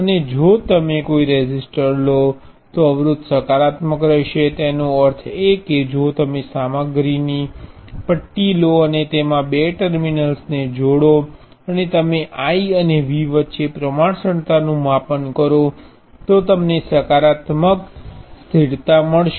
અને જો તમે કોઈ રેઝિસ્ટર લો તો અવરોધ સકારાત્મક રહેશે તેનો અર્થ એ કે જો તમે સામગ્રીનો પટ્ટો લો અને તેમાં બે ટર્મિનલ્સને જોડો અને તમે I અને V વચ્ચે પ્રમાણસરતાનું માપન કરો તો તમને સકારાત્મક સ્થિરતા મળશે